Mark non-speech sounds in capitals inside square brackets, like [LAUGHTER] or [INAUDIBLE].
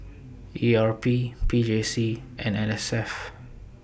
[NOISE] E R P P J C and N S F